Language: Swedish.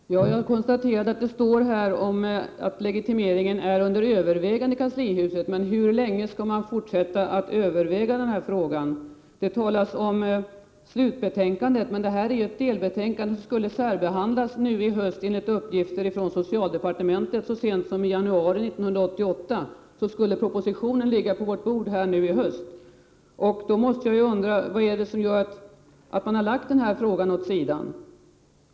Herr talman! Jag konstaterar att det i svaret står att frågan om legitimering är under övervägande i kanslihuset. Men hur länge skall man fortsätta att överväga den här frågan? Det talas i svaret om slutbetänkandet, men det här är ett delbetänkande som skulle särbehandlas. Enligt uppgift från socialdepartementet så sent som i januari 1988 skulle propositionen ligga på riksdagens bord nu i höst. Jag undrar vad det är som har gjort att man lagt den här frågan åt sidan.